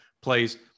plays